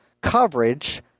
coverage